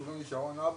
קוראים לי שרון אבו,